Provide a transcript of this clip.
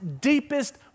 deepest